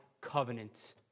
covenant